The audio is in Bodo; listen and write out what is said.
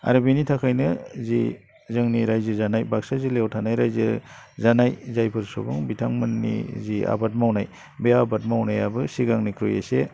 आरो बेनि थाखायनो जि जोंनि राज्यो जानाय बाक्सा जिल्लायाव थानाय राज्यो जानाय जायफोर सुबुं बिथांमोननि जि आबाद मावनाय बे आबाद मावनायाबो सिगांनिफ्राय एसे